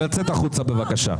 לצאת החוצה בבקשה.